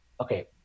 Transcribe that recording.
okay –